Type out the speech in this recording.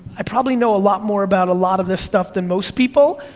i probably know a lot more about a lot of this stuff than most people,